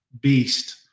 beast